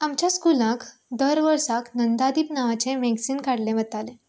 आमच्या स्कुलांत दर वर्सा नंदादीप नांवाचें मॅगजीन काडिल्लें वतालें